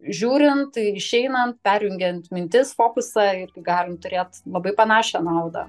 žiūrint išeinant perjungiant mintis fokusą irgi galim turėt labai panašią naudą